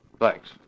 Thanks